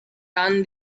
done